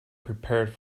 prepared